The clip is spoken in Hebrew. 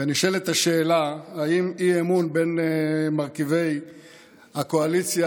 ונשאלת האלה אם אי-אמון בין מרכיבי הקואליציה